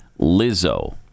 Lizzo